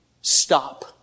Stop